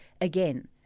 again